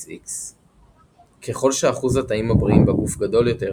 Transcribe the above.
45X0/47XXX. ככל שאחוז התאים הבריאים בגוף גדול יותר,